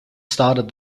started